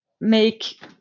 make